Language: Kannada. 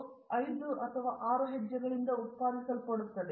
ವಿಶ್ವನಾಥನ್ ಇಂದು ಇದನ್ನು 5 ಹೆಜ್ಜೆಗಳು ಅಥವಾ 6 ಹೆಜ್ಜೆಗಳಿಂದ ಉತ್ಪಾದಿಸಲಾಗುತ್ತದೆ